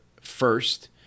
first